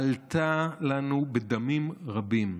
עלתה לנו בדמים רבים,